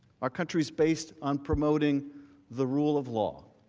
a country is based on promoting the rule of law.